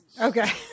Okay